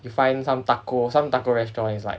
you find some taco some taco restaurant is like